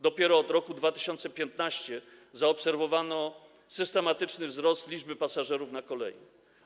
Dopiero od roku 2015 zaobserwowano systematyczny wzrost liczby pasażerów na kolei.